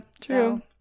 true